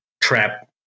trap